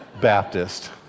baptist